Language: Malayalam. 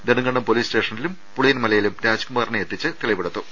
നെടുങ്കണ്ടം പൊലീസ് സ്റ്റേഷനിലും പുളിയൻ മലയിലും രാജ്കുമാറിനെ എത്തിച്ച് തെളിവെടുത്തു